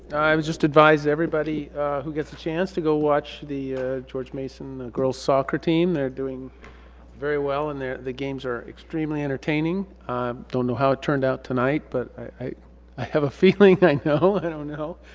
i would just advise everybody who gets a chance to go watch the george mason girls soccer team. they're doing very well and they're the games are extremely entertaining. i don't know how it turned out tonight but i i have a feeling thank know and i don't know.